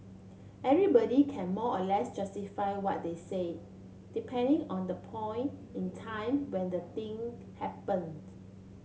everybody can more or less justify what they say depending on the point in time when the thing happened